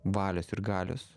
valios ir galios